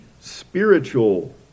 spiritual